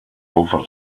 over